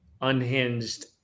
unhinged